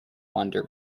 under